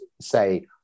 say